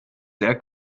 sehr